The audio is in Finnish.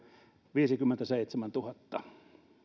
viisikymmentäseitsemäntuhatta